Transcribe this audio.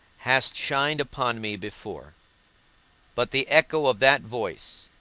hast shined upon me before but the echo of that voice,